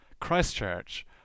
Christchurch